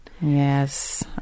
yes